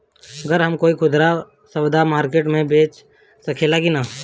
गर हम कोई खुदरा सवदा मारकेट मे बेच सखेला कि न?